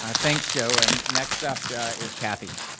ah thanks joe and next up is cathy.